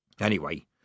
Anyway